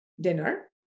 dinner